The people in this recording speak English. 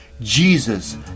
Jesus